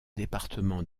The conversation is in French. département